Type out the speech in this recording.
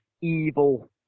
evil